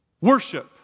Worship